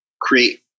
create